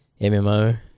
MMO